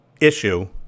issue